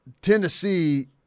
Tennessee